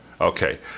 okay